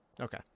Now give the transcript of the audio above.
okay